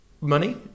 money